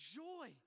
joy